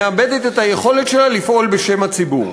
מאבדת את היכולת שלה לפעול בשם הציבור.